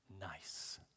Nice